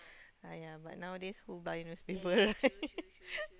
!aiyah! but nowadays who buy newspaper right